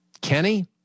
Kenny